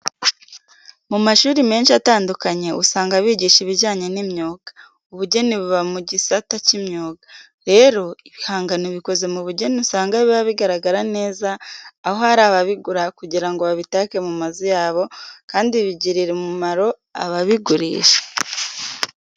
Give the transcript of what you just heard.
Mu mashuri menshi atandukanye, usanga bigisha ibijyanye n'imyuga. Ubugeni buba mu gisata cy'imyuga. Rero, ibihangano bikoze mu bugeni usanga biba bigaragara neza, aho hari ababigura kugira ngo babitake mu mazu yabo kandi bigirira umumaro ababigurisha.